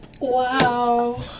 Wow